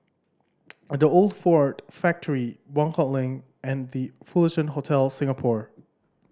The Old Ford Factory Buangkok Link and The Fullerton Hotel Singapore